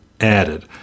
added